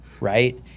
right